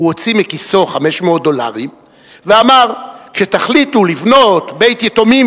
הוא הוציא מכיסו 500 דולרים ואמר: כשתחליטו לבנות בית-יתומים,